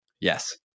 Yes